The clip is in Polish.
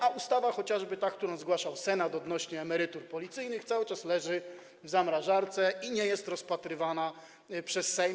A chociażby ustawa, którą zgłaszał Senat, odnośnie do emerytur policyjnych cały czas leży w zamrażarce i nie jest rozpatrywana przez Sejm.